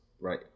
right